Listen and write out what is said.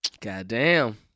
Goddamn